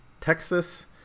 texas